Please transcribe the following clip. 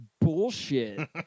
bullshit